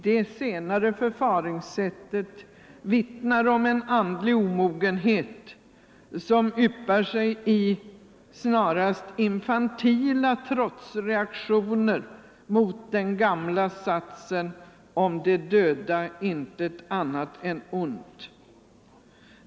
Det senare förfaringssättet vittnar om en andlig omogenhet som yppar sig i snarast infantila trotsreaktioner mot den gamla satsen: Om de döda intet annat än gott.